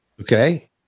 Okay